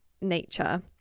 nature